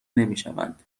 نمیشوند